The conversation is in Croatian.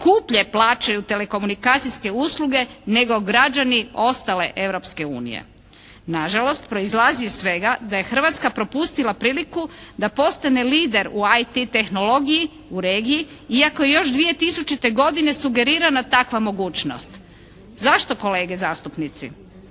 skuplje plaćaju telekomunikacijske usluge nego građani ostale Europske unije. Na žalost, proizlazi iz svega da je Hrvatska propustila priliku da postane lider u IT tehnologiji u regiji iako je još 2000. godine sugerirana takva mogućnost. Zašto kolege zastupnici?